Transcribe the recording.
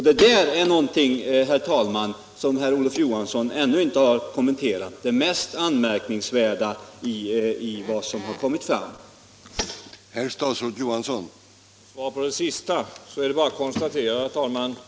Det är det mest anmärkningsvärda i vad som har kommit fram, och det har Olof Johansson ännu inte kommenterat.